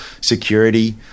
security